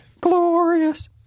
Glorious